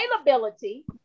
Availability